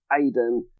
Aiden